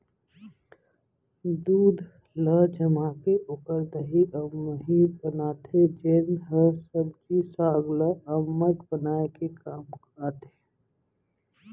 दूद ल जमाके ओकर दही अउ मही बनाथे जेन ह सब्जी साग ल अम्मठ बनाए के काम आथे